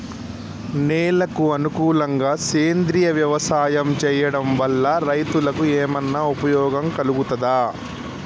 నేలకు అనుకూలంగా సేంద్రీయ వ్యవసాయం చేయడం వల్ల రైతులకు ఏమన్నా ఉపయోగం కలుగుతదా?